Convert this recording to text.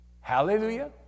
Hallelujah